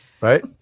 Right